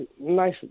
nice